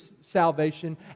salvation